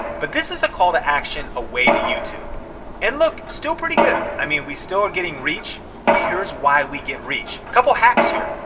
but this is a call to action away to youtube and look still pretty good. i mean we still are getting reach. here's why we get reach. couple hacks here.